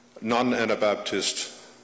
non-Anabaptist